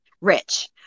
rich